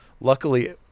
luckily